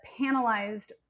panelized